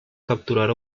capturar